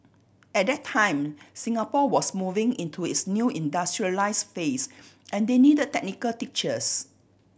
at that time Singapore was moving into its new industrialise phase and they need technical teachers